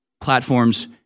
platforms